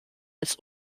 als